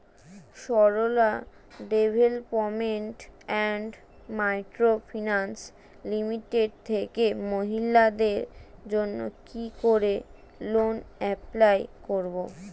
Sarala development and micro finance limited থেকে মহিলাদের জন্য কি করে লোন এপ্লাই করব?